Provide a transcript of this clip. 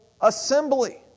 assembly